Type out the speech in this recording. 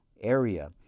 area